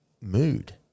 mood